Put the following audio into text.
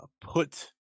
put